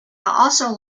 also